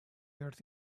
earth